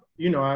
you know,